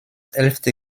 elfte